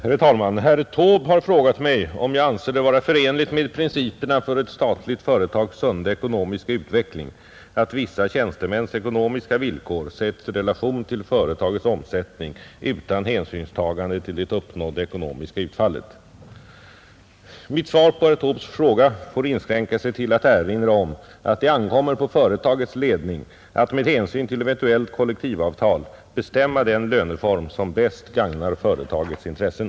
Herr talman! Herr Taube har frågat mig om jag anser det vara förenligt med principerna för ett statligt företags sunda ekonomiska utveckling, att vissa tjänstemäns ekonomiska villkor sätts i relation till företagets omsättning utan hänsynstagande till det uppnådda ekonomiska utfallet. Mitt svar på herr Taubes fråga får inskränka sig till att jag erinrar om att det ankommer på företagets ledning att med hänsyn till eventuellt kollektivavtal bestämma den löneform som bäst gagnar företagets intressen.